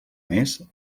més